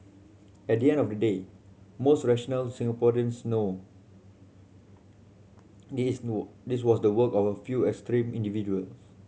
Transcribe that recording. at the end of the day most rational Singaporeans know this this was the work of a few extreme individual